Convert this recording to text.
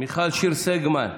מיכל שיר סגמן,